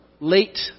late